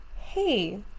hey